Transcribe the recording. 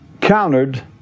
countered